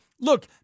look